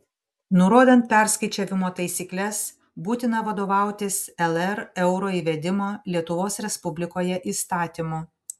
nurodant perskaičiavimo taisykles būtina vadovautis lr euro įvedimo lietuvos respublikoje įstatymu